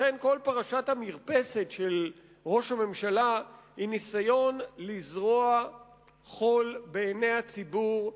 לכן כל פרשת המרפסת של ראש הממשלה היא ניסיון לזרות חול בעיני הציבור,